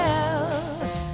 else